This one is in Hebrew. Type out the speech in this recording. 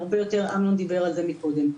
אמנון דיבר על זה קודם.